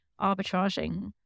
arbitraging